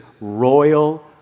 royal